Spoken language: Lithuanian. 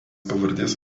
pavardės